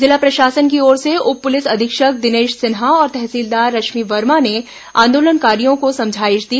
जिला प्रशासन की ओर से उप पुलिस अधीक्षक दिनेश सिन्हा और तहसीलदार रश्मि वर्मा ने आंदोलनकारियों को समझाइश दी